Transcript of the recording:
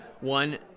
One